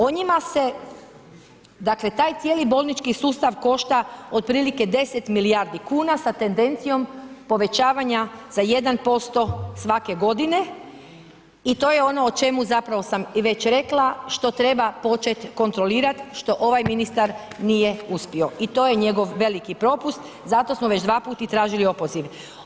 O njima se, dakle taj cijeli bolnički sustav košta otprilike 10 milijardi kuna sa tendencijom povećavanja za 1% svake godine i to je ono o čemu zapravo sam i već rekla, što treba počet kontrolirat, što ovaj ministar nije uspio i to je njegov veliki propust, zato smo već dvaput i tražili opoziv.